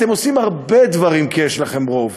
אתם עושים הרבה דברים כי יש לכם רוב.